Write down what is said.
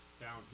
down